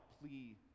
plea